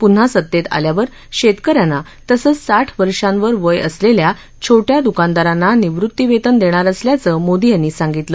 पून्हा सत्तेत आल्यावर शेतक यांना तसंच साठ वर्षांवर वय असलेल्या छोट्या दुकानदारांना निवृत्ती वेतन देणार असल्याचं मोदी यांनी सांगितलं